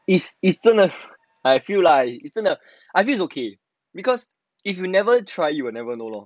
is is is 真的 like I feel like is 真的 I feel like it's okay because if you never try you will never know